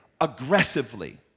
aggressively